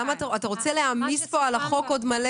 אתה רוצה להעמיס על החוק עוד?